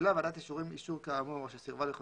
ביטלה ועדת אישורים אישור כאמור או שסירבה לחדשו,